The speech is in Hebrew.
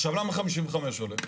עכשיו למה 55 עולה?